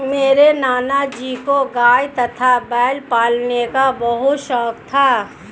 मेरे नाना जी को गाय तथा बैल पालन का बहुत शौक था